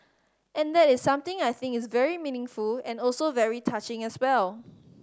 and that is something I think is very meaningful and also very touching as well